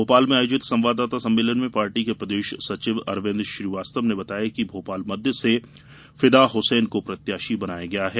भोपाल में आयोजित संवाददाता सम्मेलन में पार्टी के प्रदेश सचिव अरविन्द श्रीवास्तव ने बताया कि भोपाल मध्य से फिदा हसैन को प्रत्याशी बनाया गया है